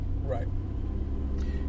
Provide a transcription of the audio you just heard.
Right